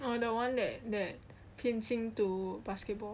oh the one that that 偏心 to basketball